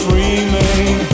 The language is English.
remain